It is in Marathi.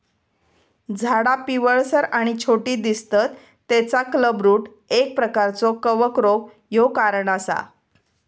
झाडा पिवळसर आणि छोटी दिसतत तेचा क्लबरूट एक प्रकारचो कवक रोग ह्यो कारण असा